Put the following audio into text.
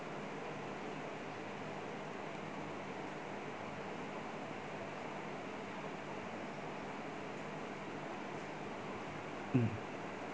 mm